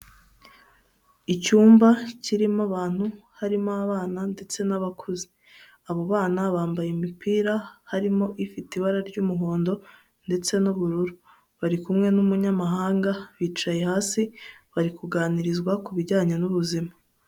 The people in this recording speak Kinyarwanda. Icyumba kirimo abantu harimo abana ndetse n'abakuze, abo bana bambaye imipira harimo ifite ibara ry'umuhondo ndetse n'ubururu, bari kumwe n'umunyamahanga bicaye hasi, bari kuganirizwa ku bijyanye n'ubuzima.